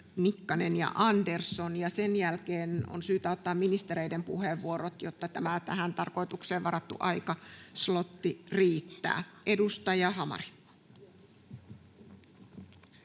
Nikkanen ja Andersson, ja sen jälkeen on syytä ottaa ministereiden puheenvuorot, jotta tämä tähän tarkoitukseen varattu aikaslotti riittää. — Edustaja Hamari. Arvoisa